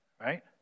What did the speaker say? Right